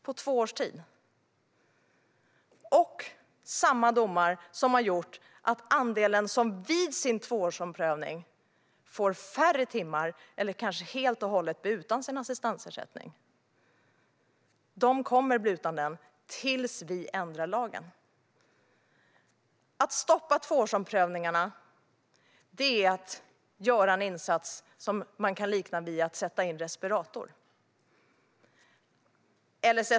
Det är samma domar som har gjort att en andel får färre timmar eller kanske helt och hållet blir utan sin assistansersättning efter tvåårsomprövningen. Dessa personer kommer att bli utan assistansersättning tills vi ändrar lagen. Att stoppa tvåårsomprövningarna är att göra en insats som kan liknas vid att sätta in respirator.